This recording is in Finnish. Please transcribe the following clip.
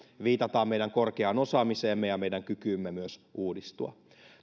viitataan meidän korkeaan osaamiseemme ja meidän kykyymme myös uudistua